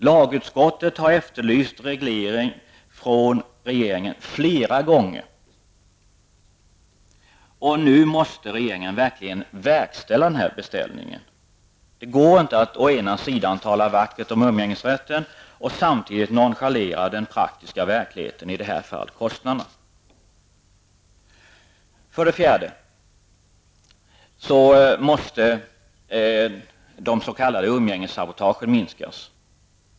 Lagutskottet har flera gånger efterlyst en reglering från regeringens sida. Nu måste regeringen verkställa denna beställning. Det går inte att tala vackert om umgängesrätten samtidigt som man nonchalerar den praktiska verkligheten, i det här fallet kostnaderna. För det fjärde måste de s.k. umgängessabotagen minskas.